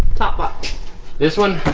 top this one